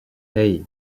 hey